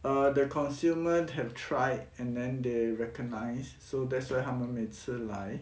err the consumers have tried and then they recognised so that's why 他们每次来